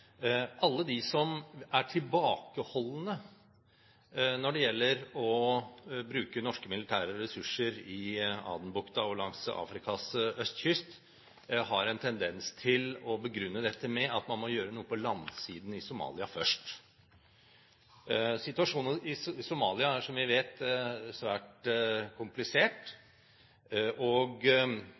Alle de som er tilbakeholdende når det gjelder å bruke norske militære ressurser i Adenbukta og langs Afrikas østkyst, har en tendens til å begrunne dette med at man må gjøre noe på landsiden i Somalia først. Situasjonen i Somalia er som vi vet svært komplisert, og